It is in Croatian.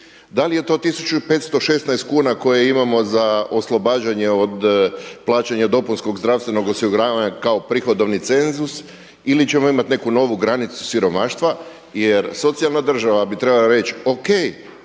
da li je to 1516 kuna koje imamo za oslobađanje od plaćanja dopunskog zdravstvenog osiguranja kao prihodovni cenzus ili ćemo imati neku novu granicu siromaštva. Jer socijalna država bi trebala reći,